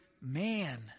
man